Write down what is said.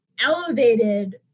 elevated –